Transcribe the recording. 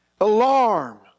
alarm